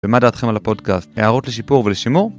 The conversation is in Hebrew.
ומה דעתכם על הפודקאסט? הערות לשיפור ולשימור?